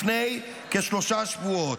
לפני כשלושה שבועות.